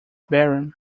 barren